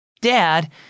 Dad